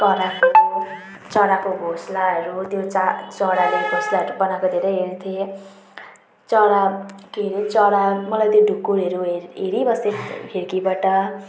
कराएको चराको घोसलाहरू त्यो च चराले घोसलाहरू बनाएको धेरै हेर्थेँ चरा के अरे चरा मलाई त्यो ढुक्कुरहरू हेर हेरिबस्थेँ खिर्कीबाट